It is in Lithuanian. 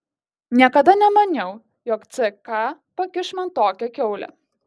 niekada nemaniau jog ck pakiš man tokią kiaulę